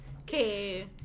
Okay